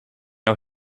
nog